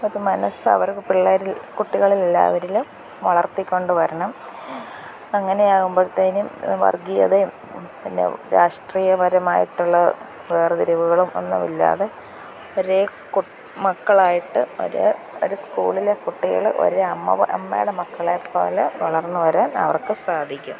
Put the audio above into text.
ഒരു മനസ്സ് അവർക്ക് പിള്ളേരിൽ കുട്ടികളെല്ലാവരിലും വളർത്തിക്കൊണ്ട് വരണം അങ്ങനെയാകുമ്പോഴത്തേനും വർഗീയതയും പിന്നെ രാഷ്ട്രീയപരമായിട്ടുള്ള വേർതിരിവുകളും ഒന്നുമില്ലാതെ ഒരേ മക്കളായിട്ട് ഒരേ ഒരു സ്കൂളിലെ കുട്ടികൾ ഒരേ അമ്മ അമ്മയുടെ മക്കളെ പോലെ വളർന്ന് വരാൻ അവർക്ക് സാധിക്കും